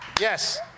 Yes